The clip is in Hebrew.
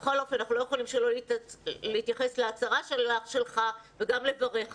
בכל אופן אנחנו לא יכולים שלא להתייחס להצהרה של השר וגם לברך עליה.